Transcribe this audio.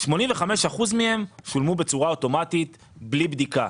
85% מהן שולמו בצורה אוטומטית בלי בדיקה,